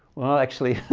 well, actually,